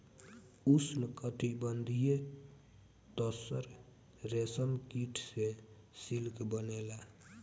उष्णकटिबंधीय तसर रेशम कीट से सिल्क बनेला